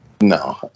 No